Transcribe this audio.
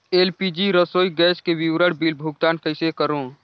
LPG रसोई gas के विवरण बिल भुगतान कइसे करों?